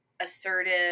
assertive